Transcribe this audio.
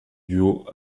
duo